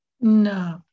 No